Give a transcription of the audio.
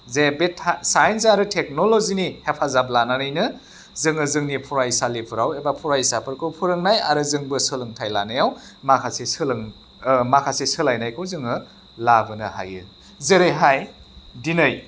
जे बे साइन्स आरो टेक्न'ल'जि हेफाजाब लानानैनो जोङो जोंनि फरायसालिफोराव एबा फरायसाफोरखौ फोरोंनाय आरो जोंबो सोलोंथाइ लानायाव माखासे माखासे सोलायनायखौ जोङो लाबोनो हायो जेरैहाय दिनै